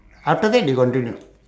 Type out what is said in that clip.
after that they continue